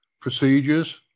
procedures